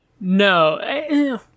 no